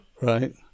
Right